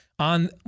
On